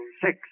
six